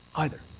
either.